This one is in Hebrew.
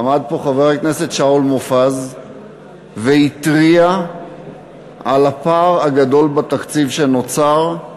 עמד פה חבר הכנסת שאול מופז והתריע על הפער הגדול שנוצר בתקציב,